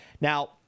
Now